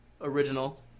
original